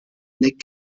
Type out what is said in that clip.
nick